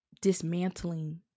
dismantling